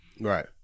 Right